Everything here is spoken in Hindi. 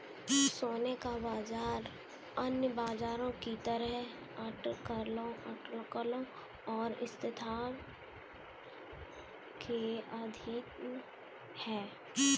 सोने का बाजार अन्य बाजारों की तरह अटकलों और अस्थिरता के अधीन है